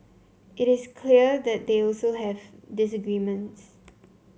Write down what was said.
it is clear that they also have disagreements